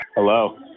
Hello